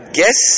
guess